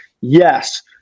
yes